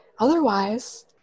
Otherwise